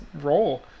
roll